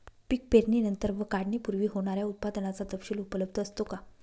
पीक पेरणीनंतर व काढणीपूर्वी होणाऱ्या उत्पादनाचा तपशील उपलब्ध असतो का?